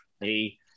Hey